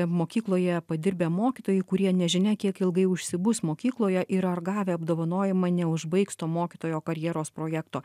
mokykloje padirbę mokytojai kurie nežinia kiek ilgai užsibus mokykloje ir ar gavę apdovanojimą neužbaigs to mokytojo karjeros projekto